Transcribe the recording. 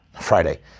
Friday